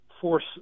force